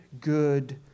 good